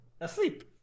asleep